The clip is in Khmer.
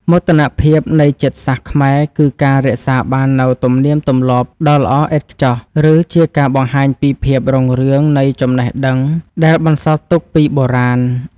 មោទនភាពនៃជាតិសាសន៍ខ្មែរគឺការរក្សាបាននូវទំនៀមទម្លាប់ដ៏ល្អឥតខ្ចោះ ឬ ជាការបង្ហាញពីភាពរុងរឿងនៃចំណេះដឹងដែលបន្សល់ទុកពីបុរាណ។